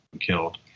killed